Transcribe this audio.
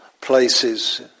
places